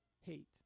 hate